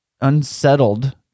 unsettled